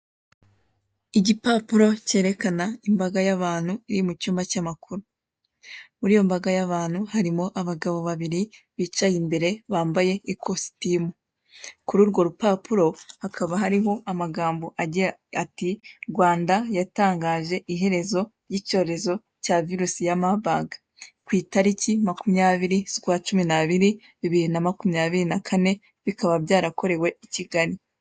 Igipapuro cyerekana imbaga y'abantu iri mu cyumba cy'amakuru. Muri iyo mbaga y'abantu harimo abagabo babiri bicaye imbere bambaye ikositimu. Kuri urwo rupapuro hakaba hariho amagambo agira ati <<Rwanda yatangaje iherezo ry'icyorezo cya virusi ya Marburg.>> ku italiki makumyabiri z'ukwa cumi n'abiri, bibiri na makumyabiri na kane, bikaba byarakorewe i Kigali.